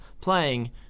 playing